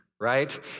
right